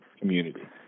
community